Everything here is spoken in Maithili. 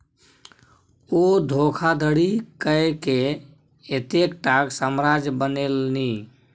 ओ धोखाधड़ी कय कए एतेकटाक साम्राज्य बनेलनि